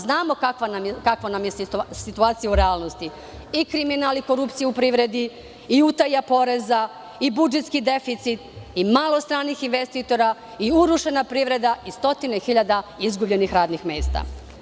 Znamo kakva nam je situacija u realnosti, i kriminal i korupcija u privredi i utaja poreza i budžetski deficit i malo stranih investitora i urušena privreda i stotine hiljada izgubljenih radnih mesta.